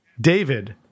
David